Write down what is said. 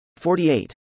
48